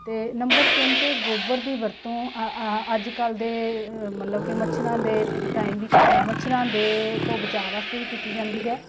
ਅਤੇ ਨੰਬਰ ਤਿੰਨ 'ਤੇ ਗੋਬਰ ਦੀ ਵਰਤੋਂ ਆ ਅੱਜ ਕੱਲ੍ਹ ਦੇ ਮਤਲਬ ਕਿ ਮੱਛਰਾਂ ਦੇ ਟਾਈਮ ਵੀ ਮੱਛਰਾਂ ਦੇ ਤੋਂ ਬਚਾਅ ਵਾਸਤੇ ਵੀ ਕੀਤੀ ਜਾਂਦੀ ਹੈ